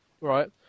right